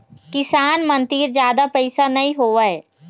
किसान मन तीर जादा पइसा नइ होवय